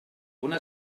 una